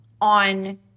on